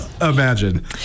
Imagine